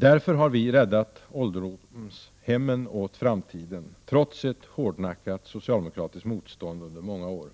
Därför har vi räddat ålderdomshemmen åt framtiden, trots ett hårdnackat socialdemokratiskt motstånd under många år.